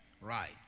Right